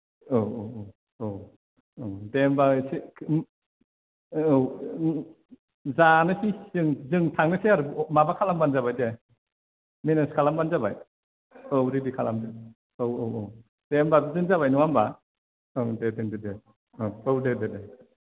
औ औ औ औ औ दे होमब्ला दे औ जानोसै जों जों थांनोसै आरो माबा खालामबानो जाबाय दे मेनेज खालामबान जाबाय औ रेडि खालामदो औ औ औ दे होमबा बिदिनो जाबाय नङा होमब्ला औ दे दोनदो दे औ दे दे दे